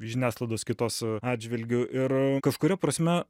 žiniasklaidos kitos atžvilgiu ir kažkuria prasme